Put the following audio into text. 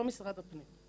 לא משרד הבריאות.